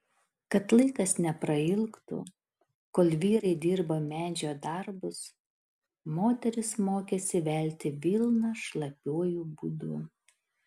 kad laikas neprailgtų kol vyrai dirbo medžio darbus moterys mokėsi velti vilną šlapiuoju būdu